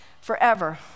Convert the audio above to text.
forever